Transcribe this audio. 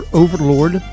overlord